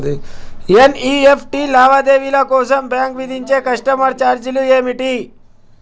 NEFT లావాదేవీల కోసం bank విధించే కస్టమర్ ఛార్జీలు ఏమిటి?